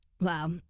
wow